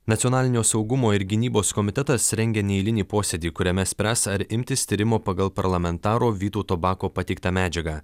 nacionalinio saugumo ir gynybos komitetas rengia neeilinį posėdį kuriame spręs ar imtis tyrimo pagal parlamentaro vytauto bako pateiktą medžiagą